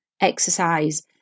exercise